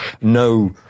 No